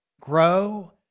grow